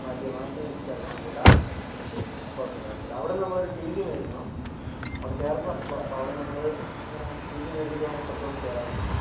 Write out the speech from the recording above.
മാറ്റി മാറ്റി ചേർക്കാൻ വേണ്ടിയിട്ടാ അതുകുഴപ്പമില്ല കുഴപ്പമില്ല കുഴപ്പമില്ല അവിടുന്ന് നമ്മളൊരു ടീസി മേടിക്കണം അവിടെ ചേർത്തതാണല്ലോ അപ്പൊ അവിടുന്ന് നമ്മള് ഇങ്ങന ടീസി മേടിച്ചിട്ട് വേണം ഇപ്പുറത്ത് വന്ന് ചേരാൻ വേണ്ടീട്ട്